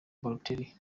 balotelli